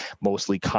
mostly